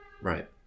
right